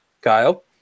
Kyle